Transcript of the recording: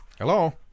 Hello